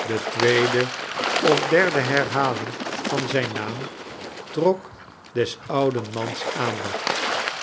de tweede of derde herhaling van zijn naam trok des ouden mans aandacht